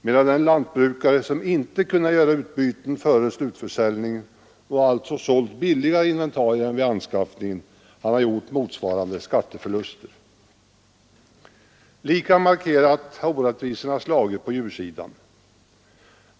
medan den lantbrukare som inte kunnat göra utbyten före slutförsäljningen och alltså sålt billigare inventarier än vid anskaffningen gjort motsvarande skatteförluster. Lika markerat har orättvisorna slagit på djursidan.